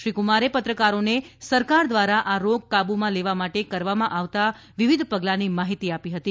શ્રી કુમારે પત્રકારોને સરકાર દ્વારા આ રોગ કાબૂમાં લેવા માટે કરવામાં આવતા વિવિધ પગલાંની માહિતી આપી હતી